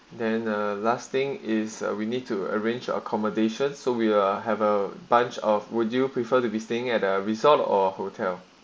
then uh last thing is we need to arrange accommodation so we'll have a bunch of would you prefer to be staying at the resort or hotel